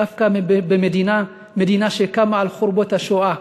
דווקא במדינה שקמה על חורבות השואה.